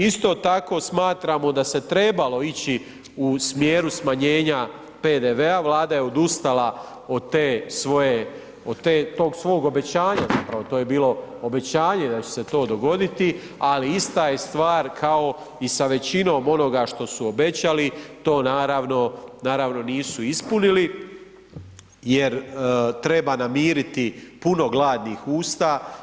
Isto tako smatramo da se trebalo ići u smjeru smanjenja PDV-a, Vlada je odustala od tog svog obećanja, to je bilo obećanje da će se to dogoditi, ali ista je stvar i sa većinom onoga što su obećali to nisu naravno ispunili jer treba namiriti puno gladnih usta.